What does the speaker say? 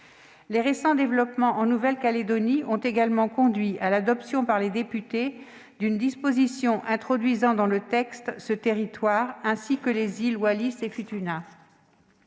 Les récents développements en Nouvelle-Calédonie ont également conduit à l'adoption, par les députés, d'une disposition introduisant ce territoire dans le texte, ainsi que les îles Wallis et Futuna.